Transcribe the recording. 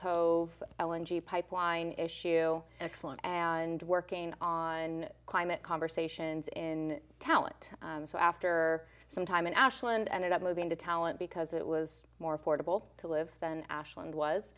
cove l n g pipeline issue excellent and working on climate conversations in talent so after some time in ashland ended up moving to talent because it was more affordable to live busy than ashland was